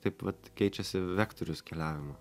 taip vat keičiasi vektorius keliavimo